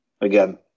Again